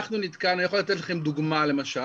אני יכול לתת לכם דוגמה למשל,